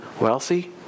wealthy